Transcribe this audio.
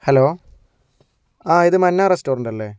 hello ആ ഇത് മന്നാ റെസ്റ്റോറൻ്റല്ലെ